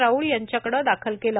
राऊळ यांच्याकडे दाखल केलं